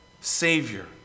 Savior